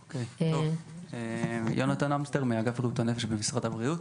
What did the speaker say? שלום, אני מאגף בריאות הנפש במשרד הבריאות.